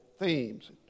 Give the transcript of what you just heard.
themes